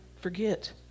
forget